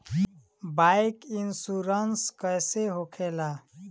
Bike insurance कैसे होखे ला?